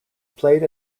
played